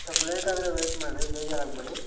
ಸೊಲ್ಪ ಲೇಟ್ ಆದರೆ ವೇಯ್ಟ್ ಮಾಡ್ರಿ ಬೇಜಾರು ಆಗಬೇಡಿ